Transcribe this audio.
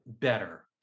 better